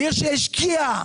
עיר שהשקיעה